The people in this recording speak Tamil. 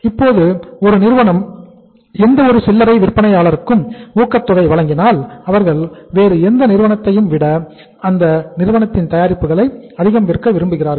இப்போது ஒரு நிறுவனம் எந்த ஒரு சில்லறை விற்பனையாளருக்கு ஊக்கத்தொகை வழங்கினால் அவர்கள் வேறு எந்த நிறுவனத்தை விடவும் அந்த நிறுவனத்தின் தயாரிப்புகளை அதிகம் விற்க விரும்புகிறார்கள்